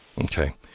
Okay